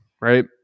right